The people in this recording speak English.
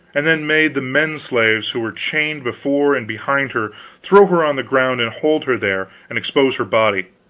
and then made the men-slaves who were chained before and behind her throw her on the ground and hold her there and expose her body